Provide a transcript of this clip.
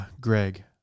Greg